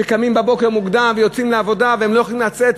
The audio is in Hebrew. שקמים בבוקר מוקדם ויוצאים לעבודה והם לא יוכלו לצאת,